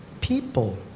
people